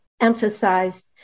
emphasized